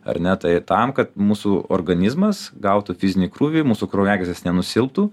ar ne tai tam kad mūsų organizmas gautų fizinį krūvį mūsų kraujagyslės nenusilptų